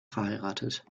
verheiratet